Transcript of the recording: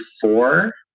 four